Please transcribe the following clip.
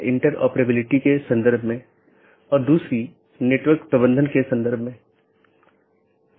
interior gateway protocol में router को एक ऑटॉनमस सिस्टम के भीतर जानकारी का आदान प्रदान करने की अनुमति होती है